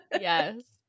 Yes